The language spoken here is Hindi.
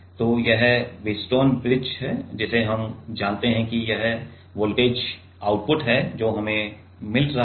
तो यह व्हीटस्टोन ब्रिज है जिसे हम जानते हैं कि यह वोल्टेज आउटपुट है जो हमें मिल रहा है